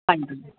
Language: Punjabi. ਹਾਂਜੀ